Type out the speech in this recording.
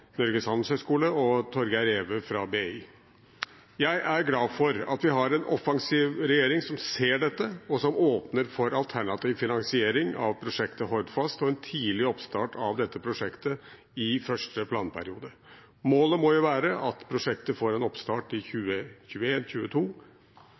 Norges Handelshøyskole og Torger Reve ved Handelshøyskolen BI. Jeg er glad for at vi har en offensiv regjering som ser dette, og som åpner for alternativ finansiering av prosjektet Hordfast og en tidlig oppstart av dette prosjektet i første planperiode. Målet må være at prosjektet får en oppstart i